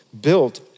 built